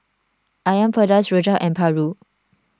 Asam Pedas Rojak and Paru